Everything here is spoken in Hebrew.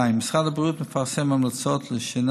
2 3. משרד הבריאות מפרסם המלצות לשינה